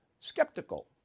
skeptical